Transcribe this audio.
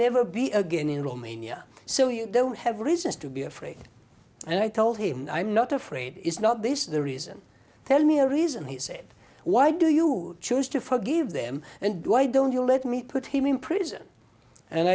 never be again in romania so you don't have reasons to be afraid and i told him i'm not afraid is not this the reason tell me a reason he said why do you choose to forgive them and why don't you let me put him in prison and